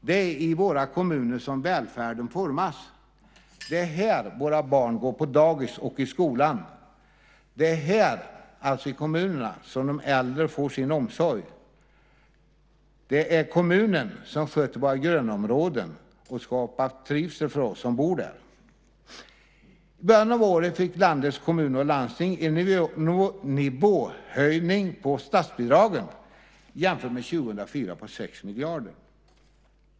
Det är i våra kommuner som välfärden formas. Det är här våra barn går på dagis och i skolan. Det är här, alltså i kommunerna, som de äldre får sin omsorg. Det är kommunen som sköter våra grönområden och skapar trivsel för oss som bor där. I början av året fick landets kommuner och landsting en nivåhöjning på statsbidragen jämfört med 2004 på 6 miljarder.